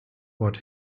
what